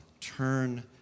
Turn